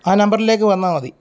ആ നമ്പറിലേക്ക് വന്നാൽ മതി